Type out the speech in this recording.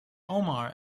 omar